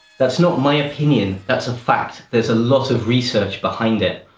that's not my opinion, that's a fact. there's a lot of research behind it.